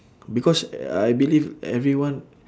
because I believe everyone